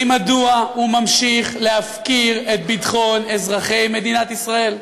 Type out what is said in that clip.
מדוע הוא ממשיך להפקיר את ביטחון אזרחי מדינת ישראל,